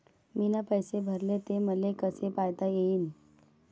मीन पैसे भरले, ते मले कसे पायता येईन?